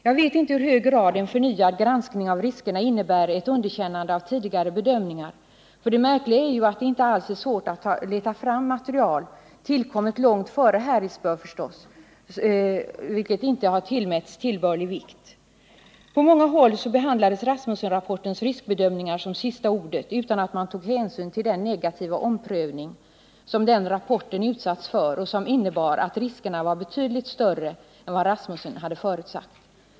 Jag vet inte i hur hög grad en förnyad granskning av riskerna innebär ett underkännande av tidigare bedömningar. Det märkliga är ju att det inte alls är svårt att leta fram material —- tillkommet långt före Harrisburg förstås — som inte har tillmätts tillbörlig vikt. På många håll behandlades Rasmussen-rapportens riskbedömningar som det sista ordet utan att man tog hänsyn till den negativa omprövning som den rapporten utsatts för och som innebar att riskerna måste anses vara betydligt större än vad Rasmussen hade förutsagt.